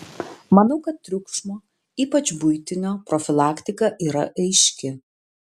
manau kad triukšmo ypač buitinio profilaktika yra aiški